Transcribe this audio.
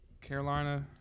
Carolina